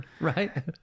right